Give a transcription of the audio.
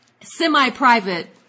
semi-private